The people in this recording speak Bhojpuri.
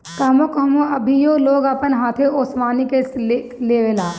कहवो कहवो अभीओ लोग अपन हाथे ओसवनी के लेवेला